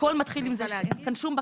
הכול מתחיל בזה שאין כאן שום בקרה.